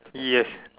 yes